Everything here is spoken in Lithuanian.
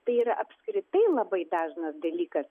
tai yra apskritai labai dažnas dalykas